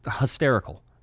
hysterical